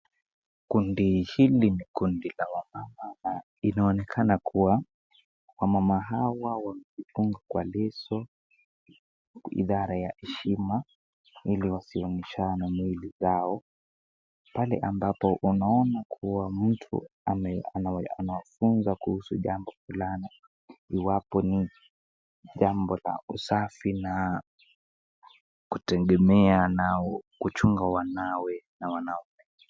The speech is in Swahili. Kundi hili ni kundi la wamama, na inaonekana kuwa wamama hawa wamejifunga kwa leso ishara ya heshima Ili wasionyeshane mwili zao. Pale ambapo naona kuwa mtu anawafunza kuhusu jambo fulani iwapo ni jambo la uzazi na kutegemea nao na kuchunga wanawe na wanaume.